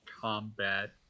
combat